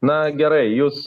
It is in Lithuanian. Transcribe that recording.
na gerai jūs